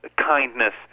kindness